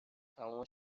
تموم